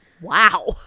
wow